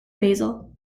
basil